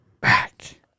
back